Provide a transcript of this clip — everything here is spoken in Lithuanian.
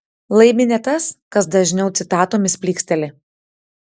laimi ne tas kas dažniau citatomis plyksteli